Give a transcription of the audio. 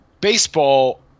baseball